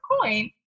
coin